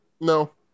No